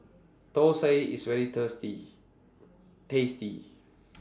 Thosai IS very tasty